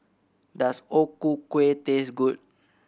does O Ku Kueh taste good